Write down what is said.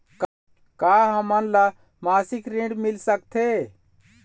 का हमन ला मासिक ऋण मिल सकथे?